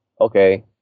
Okay